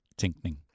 tænkning